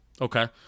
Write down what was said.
Okay